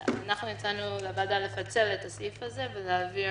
הצענו לוועדה לפצל את הסעיף הזה ולהעביר